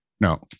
no